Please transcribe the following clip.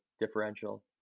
differential